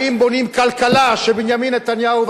האם בונים כלכלה שבנימין נתניהו,